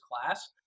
class